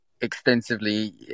extensively